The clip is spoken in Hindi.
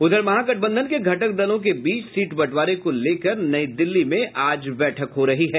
उधर महागठबंधन के घटक दलों के बीच सीट बंटवारे को लेकर नई दिल्ली में आज बैठक हो रही है